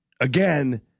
again